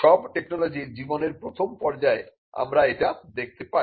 সব টেকনোলজির জীবনের প্রথম পর্যায়ে আমরা এটি দেখতে পাই